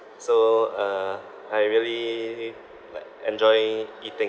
so uh I really like enjoy eating